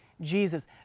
Jesus